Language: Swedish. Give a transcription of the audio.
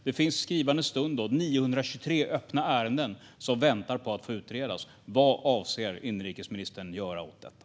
Det finns i skrivande stund 923 öppna ärenden som väntar på att få utredas, sägs det i artikeln. Vad avser inrikesministern att göra åt detta?